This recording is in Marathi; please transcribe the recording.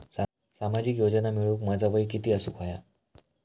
सामाजिक योजना मिळवूक माझा वय किती असूक व्हया?